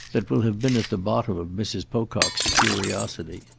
that will have been at the bottom of mrs. pocock's curiosity.